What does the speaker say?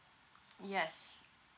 yes